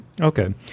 Okay